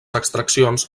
extraccions